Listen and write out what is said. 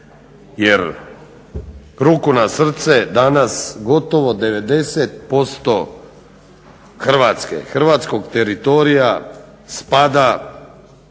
Jer ruku na srce danas gotovo 90% Hrvatske, hrvatskog teritorija spada